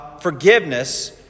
forgiveness